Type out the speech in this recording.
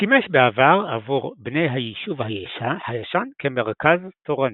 שימש בעבר עבור בני היישוב הישן כמרכז תורני.